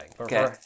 Okay